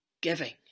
giving